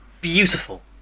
beautiful